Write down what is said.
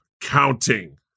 counting